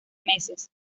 meses